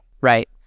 Right